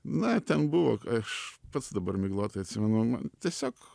na ten buvo aš pats dabar miglotai atsimenu man tiesiog